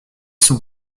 sont